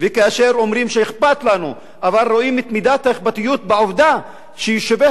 וכאשר אומרים שאכפת לנו אבל רואים את מידת האכפתיות בעובדה שיישובי